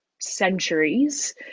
centuries